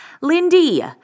Lindy